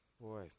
boy